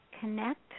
connect